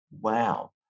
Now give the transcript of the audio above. wow